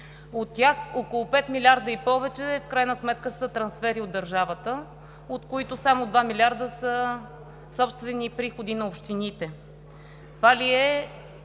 От тях около 5 милиарда и повече са трансфери от държавата, от които само 2 милиарда са собствени приходи на общините. Това ли е